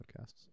podcasts